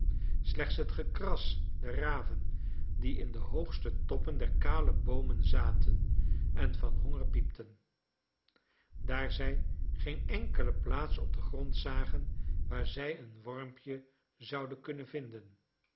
slechts het gekras der raven die in de hoogste toppen der kale boomen zaten en van honger piepten daar zij geen enkele plaats op den grond zagen waar zij een wormpje zouden kunnen vinden